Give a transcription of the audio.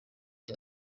cya